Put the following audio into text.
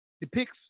depicts